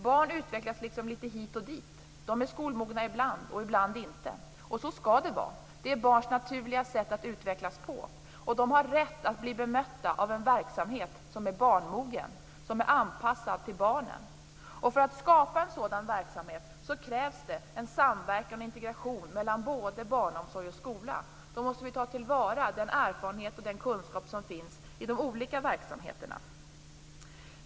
Barn utvecklas liksom litet hit och dit. De är skolmogna ibland och ibland inte. Så skall det vara. Det är barns naturliga sätt att utvecklas på, och de har rätt att bli bemötta av en verksamhet som är barnmogen, som är anpassad till barnen. För att skapa en sådan verksamhet krävs det samverkan och integration mellan barnomsorg och skola. Vi måste ta till vara den erfarenhet och kunskap som finns i de olika verksamheterna.